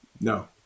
No